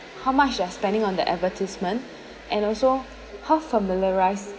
how much they're spending on their advertisement and also how familiarised